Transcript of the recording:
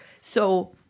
So-